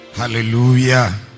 Hallelujah